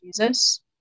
Jesus